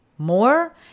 more